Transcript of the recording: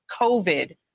COVID